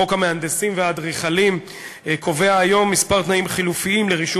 חוק המהנדסים והאדריכלים קובע היום כמה תנאים חלופיים לרישום